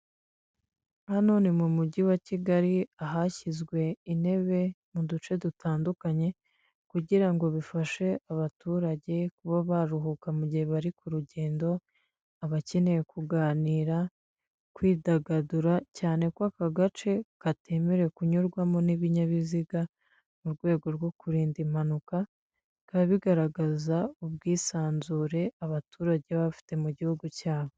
Hano ni mu mujyi wa kigali ahashyizwe intebe mu duce dutandukanye, kugira ngo bifashe abaturage kuba baruhuka mu gihe bari ku rugendo, abakeneye kuganira, kwidagadura cyane ko aka gace katemerewe kunyurwamo n'ibinyabiziga, mu rwego rwo kurinda impanuka bikaba bigaragaza ubwisanzure abaturage baba bafite mu gihugu cyabo.